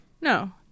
No